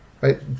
right